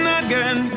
again